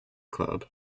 club